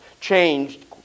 changed